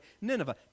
Nineveh